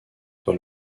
dans